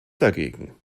dagegen